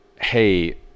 hey